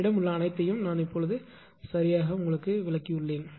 என்னிடம் உள்ள அனைத்தையும் நான் சரியாக விளக்கியுள்ளேன்